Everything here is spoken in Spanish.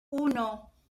uno